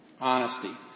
Honesty